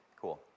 Cool